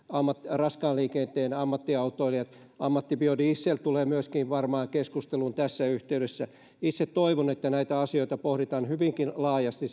raskaan liikenteen ammattiautoilijat niin ammattibiodiesel tulee myöskin varmaan keskusteluun tässä yhteydessä itse toivon että näitä asioita pohditaan hyvinkin laajasti